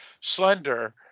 Slender